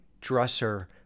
dresser